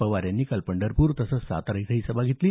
पवार यांनी काल पंढरपूर तसंच सातारा इथंही सभा झाली